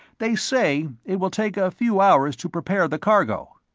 they say it will take a few hours to prepare the cargo.